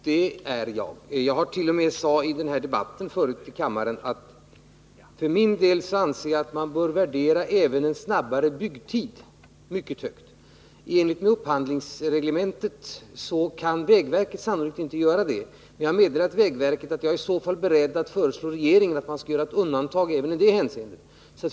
Herr talman! Ja, det är jag. Jag har t.o.m. i den tidigare debatten i kammaren sagt att jag för min del anser att man bör värdera även en snabbare byggtid mycket högt. I enlighet med upphandlingsreglementet kan vägverket sannolikt inte göra det, men jag har meddelat vägverket att jag i så fall är beredd att föreslå regeringen att man skall göra ett undantag även i det hänseendet.